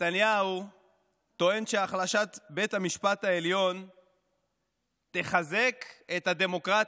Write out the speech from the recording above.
נתניהו טוען שהחלשת בית המשפט העליון תחזק את הדמוקרטיה,